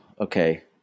okay